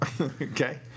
okay